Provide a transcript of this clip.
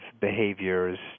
behaviors